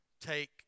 take